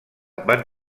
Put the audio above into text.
van